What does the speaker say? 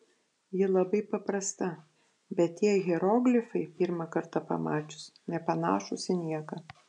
ji labai paprasta bet tie hieroglifai pirmą kartą pamačius nepanašūs į nieką